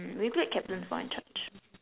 we played captain's ball in church